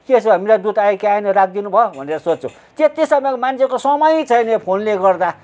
के छ हामीलाई दुध आयो कि आएन राखिदिनु भयो भनेर सोध्छौँ त्यति समय मान्छेको समय छैन यो फोनले गर्दा